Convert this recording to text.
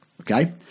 okay